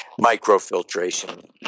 microfiltration